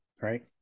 right